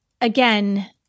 again